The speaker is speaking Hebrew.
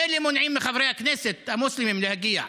מילא מונעים מחברי הכנסת המוסלמים להגיע,